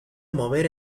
mover